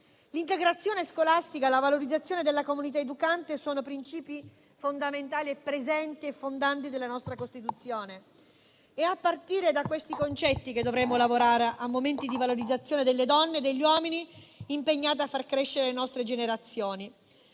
L'integrazione scolastica e la valorizzazione della comunità educante sono principi fondamentali, presenti e fondanti della nostra Costituzione. È a partire da questi concetti che dovremmo lavorare a momenti di valorizzazione delle donne e degli uomini impegnati a far crescere le nostre generazioni.